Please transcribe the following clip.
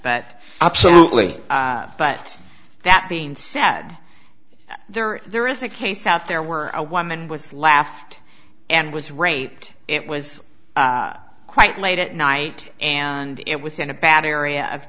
but absolutely but that being sad there there is a case out there were a woman was laughed and was raped it was quite late at night and it was in a bad area of